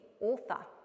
author